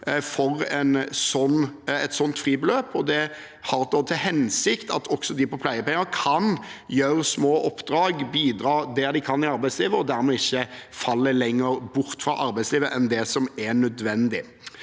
for et sånt fribeløp. Det har til hensikt at også de som mottar pleiepenger, kan gjøre små oppdrag og bidra der de kan i arbeidslivet, og dermed ikke falle lenger bort fra arbeidslivet enn det som er nødvendig.